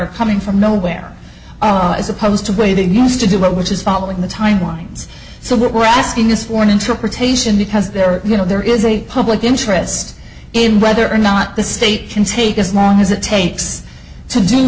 are coming from nowhere as opposed to waiting used to do which is following the timelines so what we're asking is for an interpretation because there are you know there is a public interest in whether or not the state can take as long as it takes to do